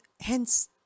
hence